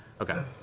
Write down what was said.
okay.